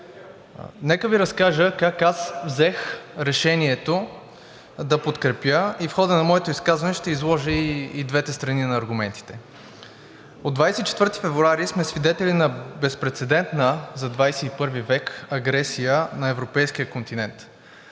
Нека Ви разкажа как аз взех решението да подкрепя и в хода на моето изказване ще изложа и двете страни на аргументите. От 24 февруари сме свидетели на безпрецедентна за XXI век агресия на европейския континент.